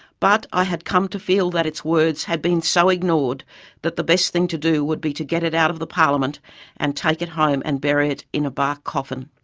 but i had come to feel that its words had been so ignored that the best thing to do would be to get it out of the parliament and take it home and bury it in a bark coffin.